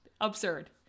Absurd